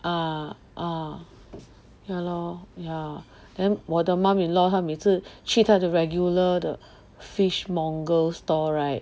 ah ah ya lor ya then 我的 mom in law 他每次去他的 regular 的 fish mongers stall right